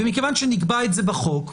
ומכיוון שנקבע את זה בחוק,